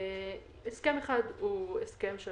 הסכם אחד הוא הסכם עם